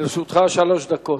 לרשותך שלוש דקות.